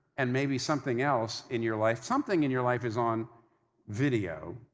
and maybe something else in your life, something in your life is on video.